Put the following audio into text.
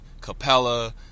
capella